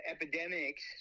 epidemics